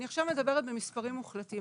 אני עכשיו מדברת במספרים מוחלטים,